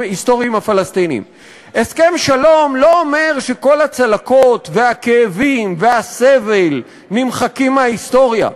הסכם שלום לא אומר שכל הצלקות והכאבים והסבל נמחקים מההיסטוריה,